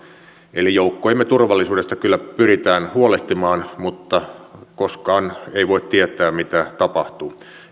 eli joukkojemme turvallisuudesta kyllä pyritään huolehtimaan mutta koskaan ei voi tietää mitä tapahtuu